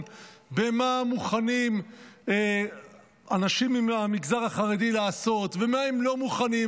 במה מוכנים אנשים מהמגזר החרדי לעשות ומה הם לא מוכנים,